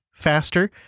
faster